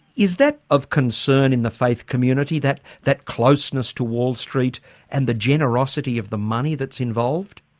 is that of concern in the faith community, that that closeness to wall st and the generosity of the money that's involved?